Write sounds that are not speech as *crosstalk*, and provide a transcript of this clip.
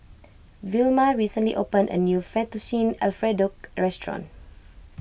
*noise* Vilma recently opened a new Fettuccine Alfredo restaurant